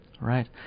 Right